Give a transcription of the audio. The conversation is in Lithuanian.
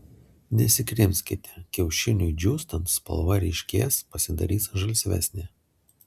nesikrimskite kiaušiniui džiūstant spalva ryškės pasidarys žalsvesnė